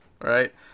right